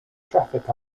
traffic